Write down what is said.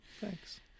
Thanks